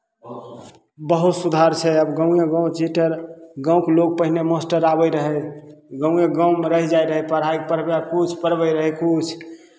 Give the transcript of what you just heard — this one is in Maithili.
बहुत सुधार छै आब गाँवए गाँव चीटर गाँवके लोक पहिने मास्टर आबैत रहै गाँवए गाँवमे रहि जाइत रहै पढ़ाइ पढ़बय किछु पढ़बैत रहै किछु